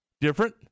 Different